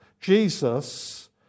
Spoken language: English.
Jesus